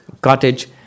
cottage